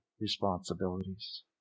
responsibilities